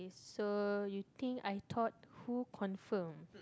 so you think I thought who confirm